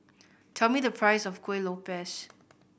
tell me the price of Kueh Lopes